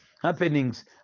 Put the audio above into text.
happenings